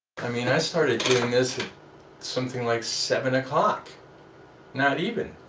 i mean i started doing this something like seven o'clock not even